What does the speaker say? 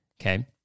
Okay